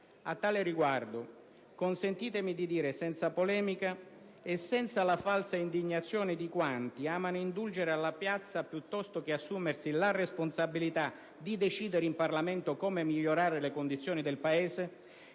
A tale riguardo, consentitemi di dire, senza polemica e senza la falsa indignazione di quanti amano indulgere alla piazza piuttosto che assumersi la responsabilità di decidere in Parlamento come migliorare le condizioni del Paese,